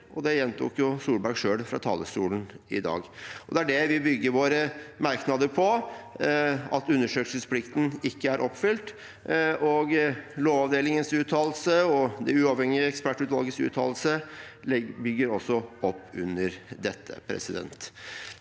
og det gjentok Solberg selv fra talerstolen i dag. Det er det vi bygger våre merknader på – at undersøkelsesplikten ikke er oppfylt. Lovavdelingens uttalelse og det uavhengige ekspertutvalgets uttalelse bygger også opp under dette. Både